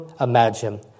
imagine